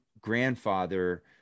grandfather